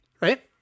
Right